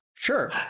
Sure